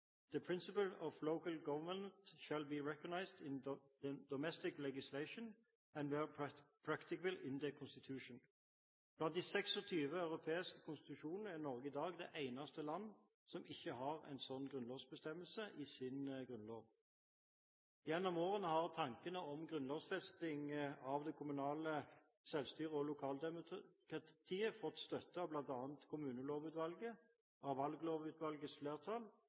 «The principle of local self-government shall be recognised in domestic legislation, and where practicable in the constitution.» Av de 26 europeiske konstitusjonene er Norge i dag det eneste land som ikke har en slik grunnlovsbestemmelse i sin grunnlov. Gjennom årene har tankene om grunnlovfesting av det kommunale selvstyret og lokaldemokratiet fått støtte av bl.a. Kommunelovutvalget og Valglovutvalgets flertall,